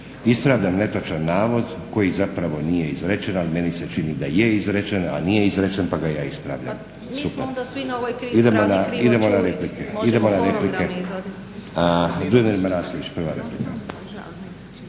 Ispravljam netočan navod koji zapravo nije izrečen, ali meni se čini da je izrečen, a nije izrečen pa ga ja ispravljam. Super.